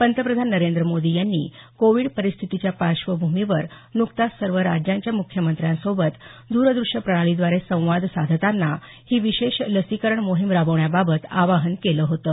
पंतप्रधान नरेंद्र मोदी यांनी कोविड परिस्थितीच्या पार्श्वभूमीवर न्कताच सर्व राज्यांच्या मुख्यमंत्र्यांसोबत दूरदृश्य प्रणालीद्वारे संवाद साधताना ही विशेष लसीकरण मोहीम राबवण्याबाबत आवाहन केलं होतं